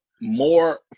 more